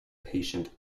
patient